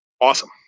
awesome